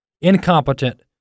Incompetent